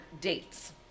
dates